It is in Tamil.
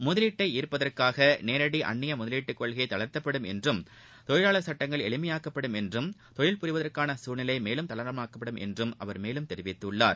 முதலீட்டை ஈர்ப்பதற்காக நேரடி அந்நிய முதலீடு கொள்கை தளர்த்த்ப்படும் என்றும் தொழிலாளர் ்சட்டங்கள் எளிமையாக்கப்படும் என்றும் தொழில் புரிவதற்கான சூழ்நிலை மேலும் தாரளாமாக்கப்படும் என்றும் அவர் மேலும் தெரிவித்துள்ளார்